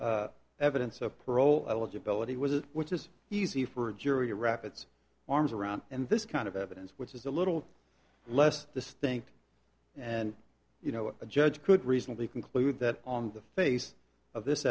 evidence of parole eligibility was it which is easy for a jury rapids arms around and this kind of evidence which is a little less to think and you know a judge could reasonably conclude that on the face of this